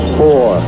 four